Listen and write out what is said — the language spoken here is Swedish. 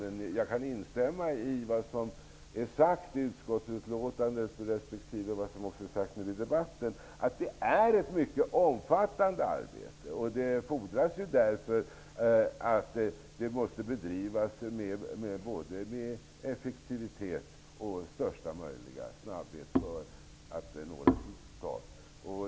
Men jag kan instämma i vad som har sagts i utskottsbetänkandet respektive nu i debatten, dvs. att det är ett mycket omfattande arbete och att det därför fordras att det bedrivs med både effektivitet och största möjliga snabbhet, för att ett resultat skall nås.